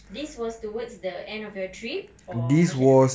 this was towards the end of your trip or macam mana